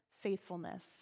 faithfulness